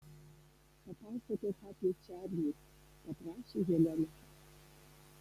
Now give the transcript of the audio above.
papasakok apie čarlį paprašė helena